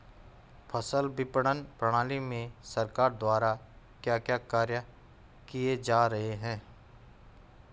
फसल विपणन प्रणाली में सरकार द्वारा क्या क्या कार्य किए जा रहे हैं?